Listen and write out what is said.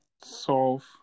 solve